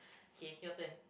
okay your turn